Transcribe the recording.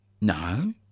No